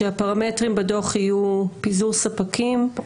כשהפרמטרים בדוח יהיו פיזור ספקים,